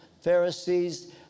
Pharisees